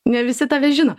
ne visi tave žino